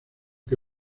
que